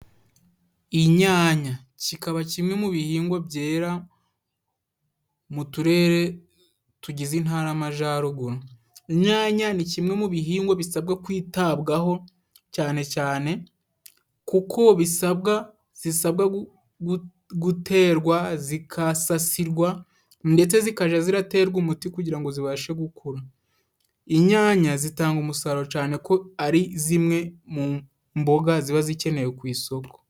Inyanya kikaba kimwe mu bihingwa byera mu turere tugize Intara y'Amajyaruguru, inyanya ni kimwe mu bihingwa bisabwa kwitabwaho cyane cyane, kuko zisabwa guterwa zigasasirwa ndetse zikajya ziterwa umuti, kugira ngo zibashe gukura. Inyanya zitanga umusaruro, cyane ko ari zimwe mu mboga ziba zikenewe ku isoko.